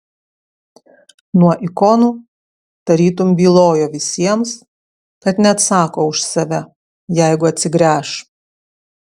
nuo ikonų tarytum bylojo visiems kad neatsako už save jeigu atsigręš